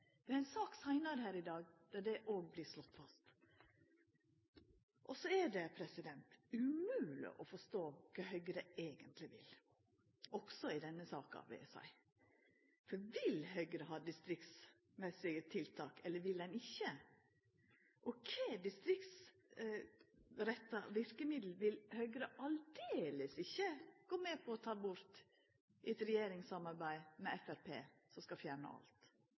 Høgre ha distriktsmessige tiltak, eller vil dei ikkje? Og kva for distriktsretta verkemiddel vil Høgre aldeles ikkje gå med på å ta bort i eit regjeringssamarbeid med Framstegsparti, som skal fjerna alt?